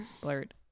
Blurred